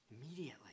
Immediately